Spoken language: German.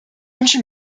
wünsche